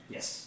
Yes